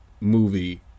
movie